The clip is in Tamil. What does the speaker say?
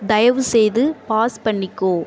தயவுசெய்து பாஸ் பண்ணிக்கோ